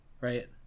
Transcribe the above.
right